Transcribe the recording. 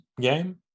game